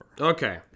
Okay